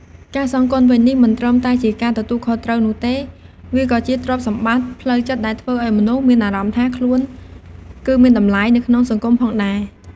ការសងគុណវិញនេះ មិនត្រឹមតែជាការទទួលខុសត្រូវនោះទេ វាក៏ជាទ្រព្យសម្បត្តិផ្លូវចិត្តដែលធ្វើឲ្យមនុស្សមានអារម្មណ៍ថាខ្លួនគឺមានតម្លៃ នៅក្នុងសង្គមផងដែរ។